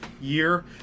year